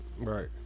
Right